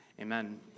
Amen